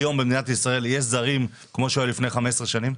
היום במדינת ישראל יש זרים כמו שהיה לפני 15 שנים?